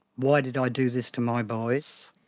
why did i do this to my boys?